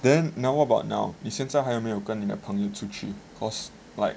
then now about now 你现在还有没有跟的朋友出去 cause like